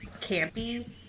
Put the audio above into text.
campy